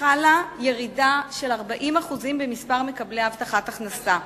חלה ירידה של 40% במספר מקבלי הבטחת הכנסה.